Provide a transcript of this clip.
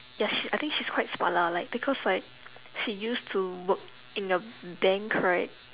ya she I think she's quite smart lah like because like she used to work in a bank right